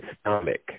stomach